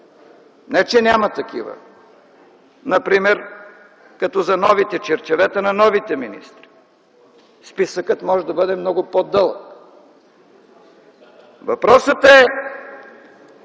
не че няма такива. Например за новите черчевета на новите министри. Списъкът може да бъде много по-дълъг. Въпросът е,